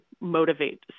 motivate